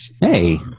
Hey